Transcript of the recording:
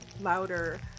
louder